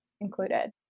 included